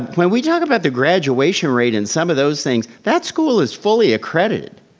when we talk about the graduation rate and some of those things, that school is fully accredited.